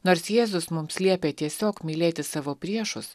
nors jėzus mums liepė tiesiog mylėti savo priešus